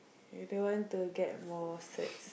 you don't want to get more cert